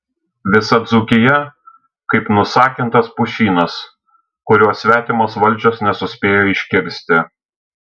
visa dzūkija kaip nusakintas pušynas kurio svetimos valdžios nesuspėjo iškirsti